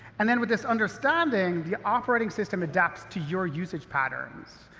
and then, with this understanding, the operating system adapts to your usage patterns.